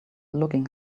looking